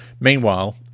meanwhile